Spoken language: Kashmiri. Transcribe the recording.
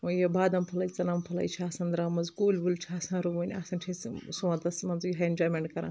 وۄنۍ یہِ بادم پھٔلاے ژٕنن پھٔلاے چھِ آسان درٛامٕژ کُلۍ وُلۍ چھِ آسان رُوٕنۍ آسان چھِ أسۍ سونٛتس منٛزٕے یِہٕے اٮ۪نجایمنٹ کران